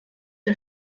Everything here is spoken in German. der